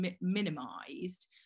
minimized